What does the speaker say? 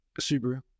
Subaru